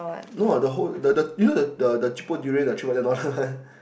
no what the whole the the you know the the cheapo durian the one